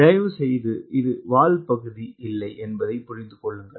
தயவுசெய்து இது வால் பகுதி இல்லை என்பதை புரிந்து கொள்ளுங்கள்